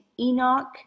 enoch